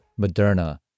Moderna